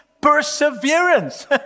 perseverance